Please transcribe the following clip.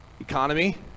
economy